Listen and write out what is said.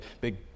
big